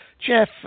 Jeff